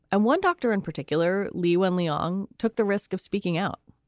and one doctor in particular, lee, when lee long took the risk of speaking out,